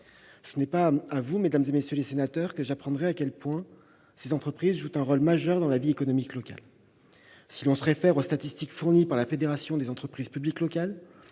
Ce n'est pas à vous, mesdames, messieurs les sénateurs, que j'apprendrai à quel point ces entreprises jouent un rôle majeur dans la vie économique locale. Si l'on se réfère aux statistiques fournies par la Fédération des entreprises publiques locales,